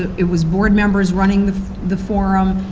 it was board members running the the forum,